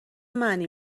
معنی